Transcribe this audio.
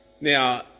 Now